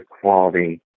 quality